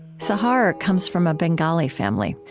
sahar comes from a bengali family.